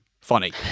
funny